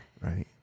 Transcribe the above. right